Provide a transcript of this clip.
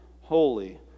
holy